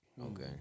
Okay